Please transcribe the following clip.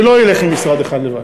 זה לא ילך עם משרד אחד לבד.